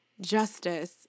justice